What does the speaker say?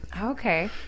Okay